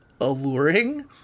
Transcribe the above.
alluring